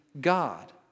God